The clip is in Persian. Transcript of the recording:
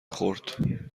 خورد